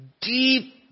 deep